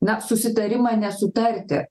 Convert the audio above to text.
na susitarimą nesutarti